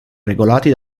regolati